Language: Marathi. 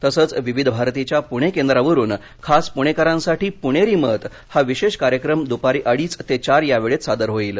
तसंच विविध भारतीच्या पूणे केंद्रावरून खास पूणेकरांसाठी पूणेरी मत हा विशेष कार्यक्रम दूपारी अडीच ते चार या वेळेत सादर होईल